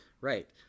right